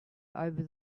over